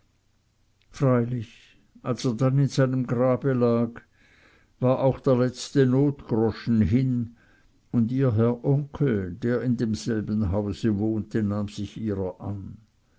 freilich als er dann in seinem grabe lag war auch der letzte notgroschen hin und ihr herr onkel der in demselben hause wohnte nahm sich ihrer an